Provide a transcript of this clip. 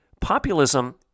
populism